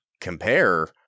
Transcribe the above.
compare